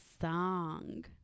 song